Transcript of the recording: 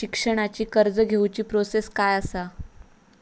शिक्षणाची कर्ज घेऊची प्रोसेस काय असा?